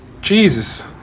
Jesus